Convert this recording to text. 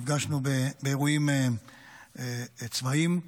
נפגשנו באירועים צבאיים.